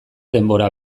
denbora